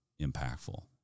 impactful